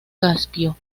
caspio